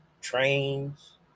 trains